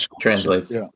translates